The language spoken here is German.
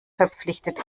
verpflichtet